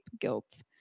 guilt